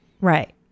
Right